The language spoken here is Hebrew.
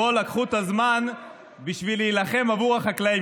פה לקחו את הזמן בשביל להילחם עבור החקלאים.